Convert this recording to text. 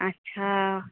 আচ্ছা